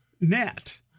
net